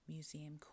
Museum